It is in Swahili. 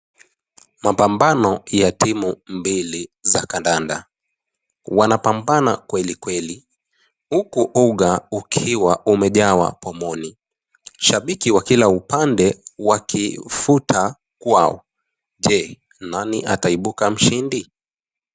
Mapambana ya timu mbili za kandanda, wanapambana kweli kweli, huku uga ukiwa umejawa pomoni. Shabiki wa kila upande wakivuta kwao. Je, nani ataepuka mshindi?